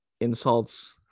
insults